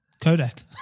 Kodak